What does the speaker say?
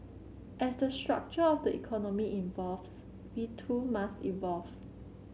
as the structure of the economy evolves we too must evolve